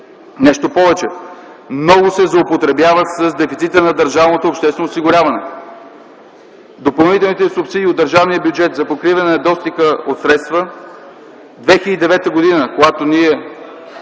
Нещо повече, много се злоупотребява с дефицита на държавното обществено осигуряване. Допълнителните субсидии от държавния бюджет за покриване на недостига от средства през 2009 г., когато